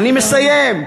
אני מסיים.